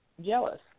jealous